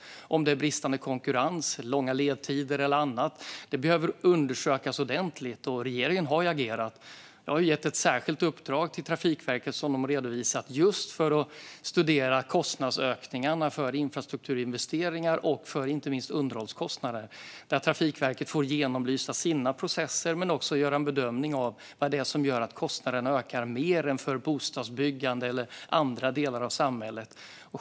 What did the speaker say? Om detta beror på bristande konkurrens, långa ledtider eller något annat behöver undersökas ordentligt. Regeringen har agerat. Jag har gett ett särskilt uppdrag till Trafikverket, som de har redovisat, just för att studera kostnadsökningarna för infrastrukturinvesteringar och underhåll. Trafikverket har fått genomlysa sina processer och göra en bedömning av vad det är som gör att kostnaderna ökar mer än vad de gör för bostadsbyggande eller i andra delar av samhället.